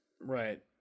right